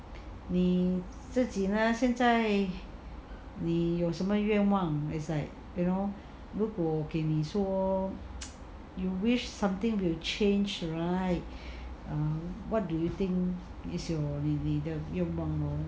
你自己呢现在你有什么愿望 is like you know 如果我给你说 you wish something will change right what do you think is your 你的愿望 leh